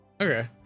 Okay